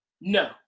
No